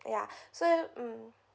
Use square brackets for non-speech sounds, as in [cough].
ya [breath] so mm